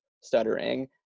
stuttering